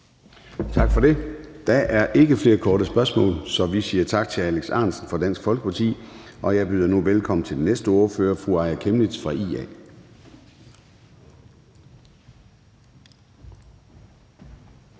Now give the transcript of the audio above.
Tak for det. Der er ikke flere korte bemærkninger, så vi siger tak til hr. Alex Ahrendtsen fra Dansk Folkeparti. Og jeg byder nu velkommen til den næste ordfører, fru Aaja Chemnitz fra IA.